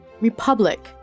Republic